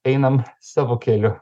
einam savo keliu